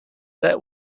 that